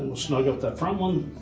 snug up that front one.